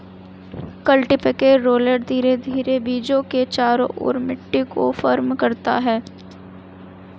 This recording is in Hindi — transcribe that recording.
कल्टीपैकेर रोलर धीरे धीरे बीजों के चारों ओर मिट्टी को फर्म करता है